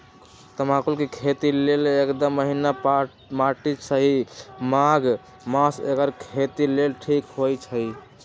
तमाकुल के खेती लेल एकदम महिन माटी चाहि माघ मास एकर खेती लेल ठीक होई छइ